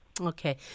Okay